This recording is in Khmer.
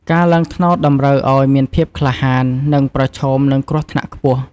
ការឡើងត្នោតតម្រូវឲ្យមានភាពក្លាហាន និងប្រឈមនឹងគ្រោះថ្នាក់ខ្ពស់។